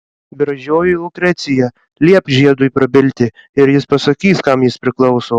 gražioji lukrecija liepk žiedui prabilti ir jis pasakys kam jis priklauso